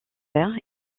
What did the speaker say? faire